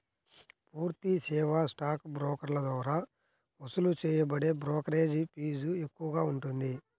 పూర్తి సేవా స్టాక్ బ్రోకర్ల ద్వారా వసూలు చేయబడే బ్రోకరేజీ ఫీజు ఎక్కువగా ఉంటుంది